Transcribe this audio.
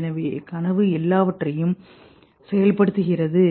எனவே கனவு எல்லாவற்றையும் செயல்படுத்துகிறது